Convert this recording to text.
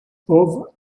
bob